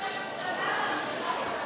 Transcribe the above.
מאכילה אותנו?